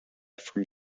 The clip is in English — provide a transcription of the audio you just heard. from